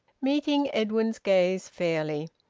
meeting edwin's gaze fairly.